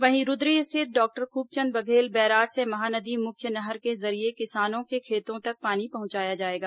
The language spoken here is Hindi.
वहीं रूद्री स्थित डॉक्टर खूबचंद बघेल बैराज से महानदी मुख्य नहर के जरिये किसानों के खेतों तक पानी पहुंचाया जाएगा